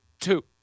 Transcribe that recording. Two